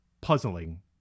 puzzling